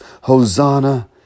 hosanna